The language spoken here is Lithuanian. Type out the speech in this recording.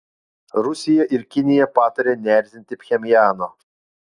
rusija ir kinija pataria neerzinti pchenjano